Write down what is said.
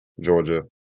Georgia